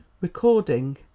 Recording